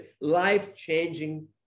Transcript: life-changing